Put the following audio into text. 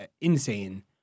insane